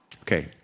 Okay